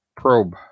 probe